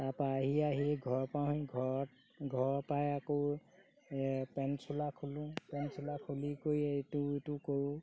তাৰপৰা আহি আহি ঘৰ পাওঁহি ঘৰত ঘৰ পাই আকৌ পেন চোলা খোলোঁ পেন চোলা খুলি কৰি ইটো সিটো কৰোঁ